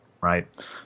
right